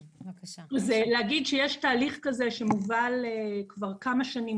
יש תהליך כזה שמובל כבר כמה שנים,